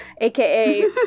aka